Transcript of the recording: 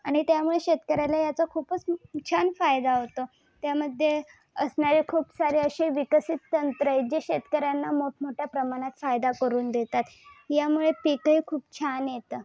आणि त्यामुळे शेतकऱ्याला याचा खूपच छान फायदा होतो त्यामध्ये असणारे खूप सारे अशी विकसित तंत्र आहे जे शेतकर्यांना मोठमोठ्या प्रमाणात फायदा करून देतात यामुळे पीकही खूप छान येतं